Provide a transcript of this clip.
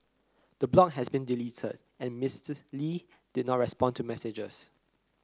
the blog has been deleted and Mister Lee did not respond to messagers